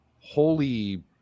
holy